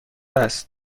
است